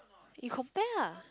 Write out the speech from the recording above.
you compare lah